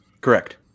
Correct